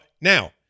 now